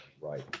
Right